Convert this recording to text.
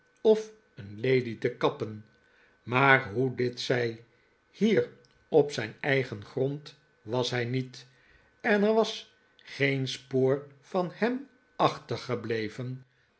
of een lady te kappen maar hoe dit zij hier op zijn eigen grond was hij niet en er was geen spoor van hem